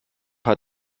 hat